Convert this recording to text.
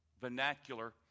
vernacular